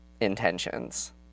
intentions